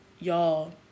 Y'all